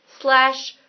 slash